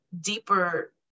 deeper